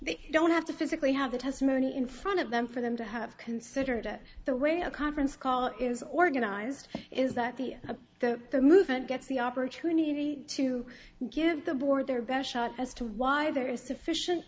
they don't have to physically have the testimony in front of them for them to have considered that the way a conference call is organized is that the the the movement gets the opportunity to give the board their best shot as to why there is sufficient